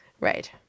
right